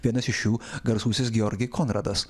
vienas iš jų garsusis giorgi konradas